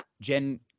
Jen